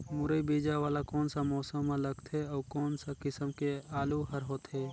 मुरई बीजा वाला कोन सा मौसम म लगथे अउ कोन सा किसम के आलू हर होथे?